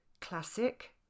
classic